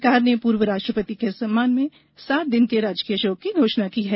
सरकार ने पूर्व राष्ट्रपति के सम्मान में सात दिन के राजकीय शोक की घोषणा की है